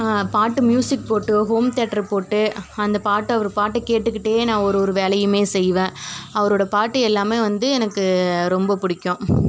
பாட்டு மியூசிக் போட்டு home theatre போட்டு அந்த பாட்டை அவர் பாட்டை கேட்டுகிட்டே நான் ஒரு ஒரு வேலையுமே செய்வேன் அவரோட பாட்டு எல்லாமே வந்து எனக்கு ரொம்ப பிடிக்கும்